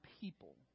people